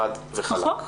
חד וחלק.